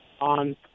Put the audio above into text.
on